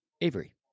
Avery